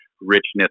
richness